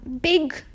big